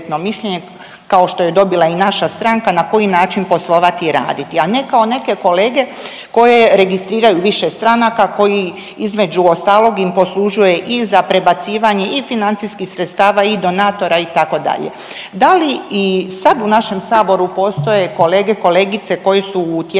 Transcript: kao što je dobila i naša stranka na koji način poslovati i raditi. A ne kao neke kolege koje registriraju više stranka koji između ostalog im poslužuje i za prebacivanje i financijskih sredstava i donatora itd.. Da li i sad u našem Saboru postoje kolege, kolegice koje su u tijeku